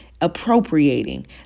appropriating